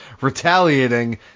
retaliating